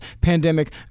pandemic